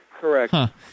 correct